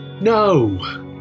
No